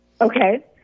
Okay